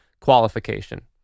qualification